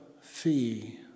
fee